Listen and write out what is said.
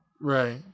Right